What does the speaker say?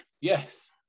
Yes